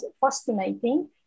fascinating